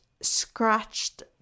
scratched